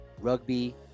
Rugby